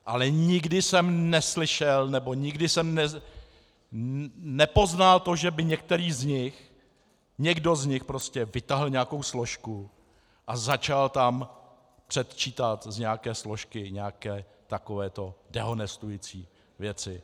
Ale nikdy jsem neslyšel nebo nikdy jsem nepoznal to, že by některý z nich, někdo z nich prostě vytáhl nějakou složku a začal tam předčítat z nějaké složky nějaké takovéto dehonestující věci.